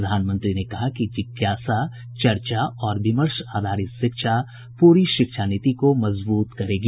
प्रधानमंत्री ने कहा कि जिज्ञासा चर्चा और विमर्श आधारित शिक्षा पूरी शिक्षा नीति को मजबूत करेगी